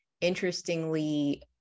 interestingly